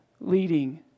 leading